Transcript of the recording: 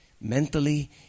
mentally